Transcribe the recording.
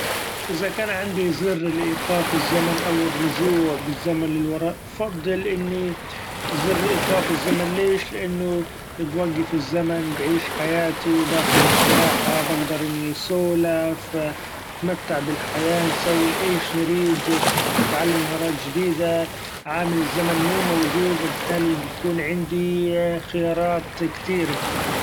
إذا كان عندي زر لإيقاف الزمن أو الرچوع بالزمن للوراء، فضل إني زر إيقاف الزمن ليش؟ لإنه بوقف الزمن بعيش حياتي باخد استراحة بقدر إني سولف أتمتع بالحياة ، نسوي أيش نريد نتعلم مهارات چديدة ،عامل الزمن مو موچود وبالتالي بكون عندي خيارات كتيرة.